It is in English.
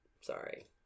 Sorry